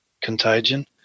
contagion